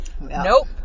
nope